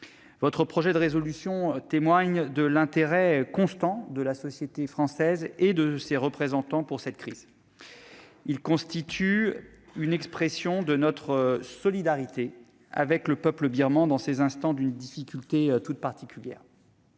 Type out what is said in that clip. Votre proposition de résolution témoigne de l'intérêt constant de la société française et de ses représentants pour cette crise. Elle constitue une expression de notre solidarité avec le peuple birman, dans ces instants d'une difficulté particulière.